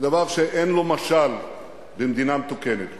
דבר שאין לו משל במדינה מתוקנת,